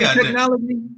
technology